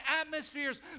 atmospheres